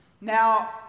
Now